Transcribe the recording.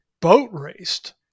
boat-raced